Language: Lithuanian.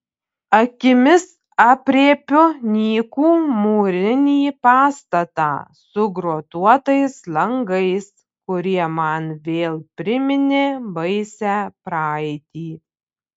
akimis aprėpiu nykų mūrinį pastatą su grotuotais langais kurie man vėl priminė baisią praeitį